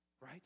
right